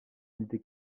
n’était